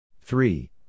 three